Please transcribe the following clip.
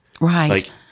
Right